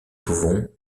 pouvons